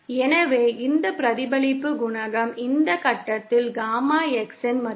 எனவே இந்த பிரதிபலிப்பு குணகம் இந்த கட்டத்தில் காமா X ன் மதிப்பு